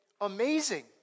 amazing